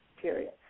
period